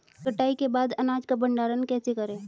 कटाई के बाद अनाज का भंडारण कैसे करें?